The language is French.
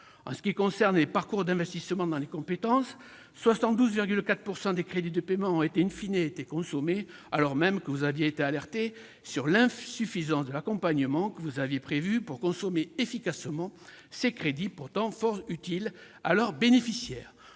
En ce qui concerne les plans d'investissement dans les compétences, les PIC, 72,4 % des crédits de paiement ont été consommés, alors que vous aviez été alerté sur l'insuffisance de l'accompagnement prévu pour consommer efficacement ces crédits, pourtant fort utiles à leurs bénéficiaires.